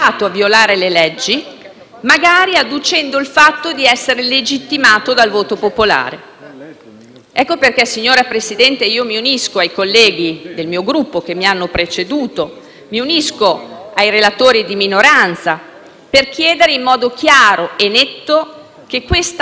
motivo, signor Presidente, mi unisco ai colleghi del mio Gruppo che mi hanno preceduto e ai relatori di minoranza per chiedere in modo chiaro e netto che il ministro Salvini non si faccia inopportunamente scudo con l'immunità parlamentare